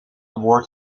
woord